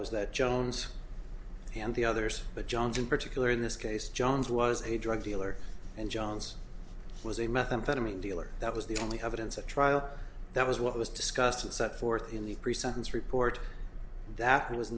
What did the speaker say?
was that jones and the others but johns in particular in this case johns was a drug dealer and johns was a methamphetamine dealer that was the only evidence at trial that was what was discussed and set forth in the pre sentence report that was